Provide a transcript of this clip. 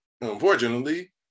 Unfortunately